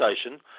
station